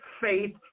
Faith